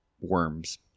Worms